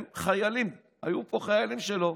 הם חיילים, היו פה חיילים שלו.